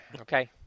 okay